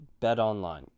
BetOnline